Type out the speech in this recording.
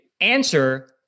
answer